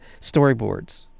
storyboards